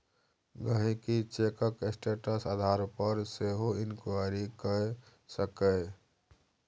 गांहिकी चैकक स्टेटस आधार पर सेहो इंक्वायरी कए सकैए